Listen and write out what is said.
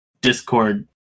Discord